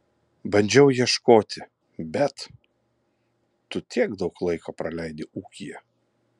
bandžiau ieškoti bet tu tiek daug laiko praleidi ūkyje